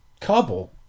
couple